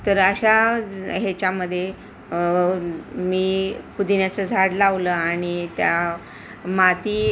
तर अशा ह्याच्यामध्ये मी पुदिन्याचं झाड लावलं आणि त्या माती